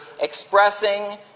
expressing